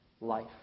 life